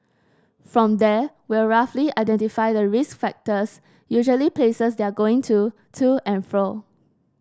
from there we'll roughly identify the risk factors usually places they're going to to and fro